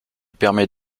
permet